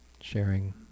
sharing